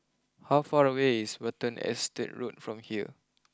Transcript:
how far away is Watten Estate Road from here